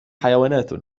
حيوانات